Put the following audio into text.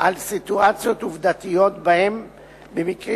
על סיטואציות עובדתיות שבהן במקרים